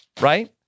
Right